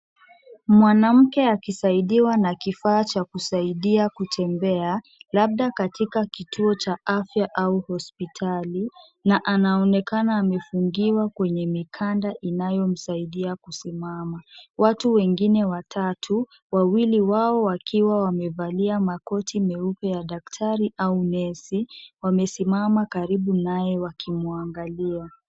Mwanamke akisaidiwa na kifaa cha kusaidia kutembea labda katika kituo cha afya au hosipitali na anaonekana amefungiwa kwenye mikanda inayomsaidia kusimama, watu wengine watatu wawili wao wakiwa wamevalia makoti yao maeupe ya udaktari au nesi wamesimama karibu naye wakimuangalia.